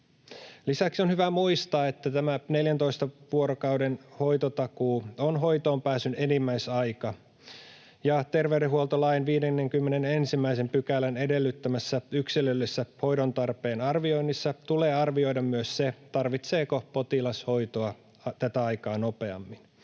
Lisäksi on hyvä muistaa, että tämä 14 vuorokauden hoitotakuu on hoitoonpääsyn enimmäisaika ja terveydenhuoltolain 51 §:n edellyttämässä yksilöllisessä hoidon tarpeen arvioinnissa tulee arvioida myös se, tarvitseeko potilas hoitoa tätä aikaa nopeammin.